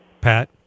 Pat